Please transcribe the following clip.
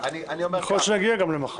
יכול להיות שנגיע גם למחר.